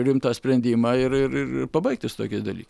rimtą sprendimą ir ir ir pabaigti su tokiais daly